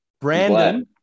Brandon